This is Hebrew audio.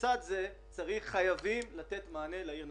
לצד זה חייבים לתת מענה לעיר נהריה.